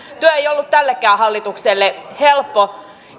työ ei ollut tällekään hallitukselle helppo